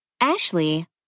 Ashley